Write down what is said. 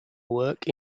work